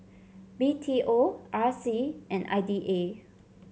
B T O R C and I D A